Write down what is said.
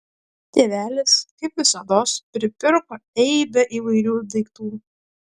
tėvelis kaip visados pripirko eibę įvairių daiktų